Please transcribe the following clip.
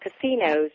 casinos